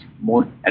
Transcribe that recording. more